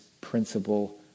principle